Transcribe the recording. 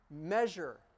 measure